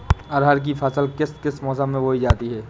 अरहर की फसल किस किस मौसम में बोई जा सकती है?